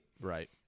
right